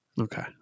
Okay